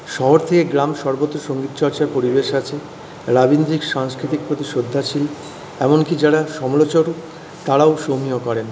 শহর থেকে গ্রাম সর্বত্র সঙ্গীত চর্চার পরিবেশ আছে রাবীন্দ্রিক সংস্কৃতির প্রতি শ্রদ্ধাশীল এমনকি যারা সমালোচক তারাও সমীহ করেন